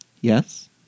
Yes